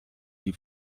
sie